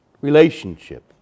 Relationship